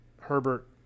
Herbert